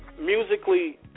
musically